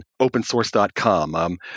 opensource.com